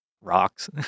rocks